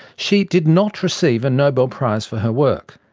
she did not receive a nobel prize for her work,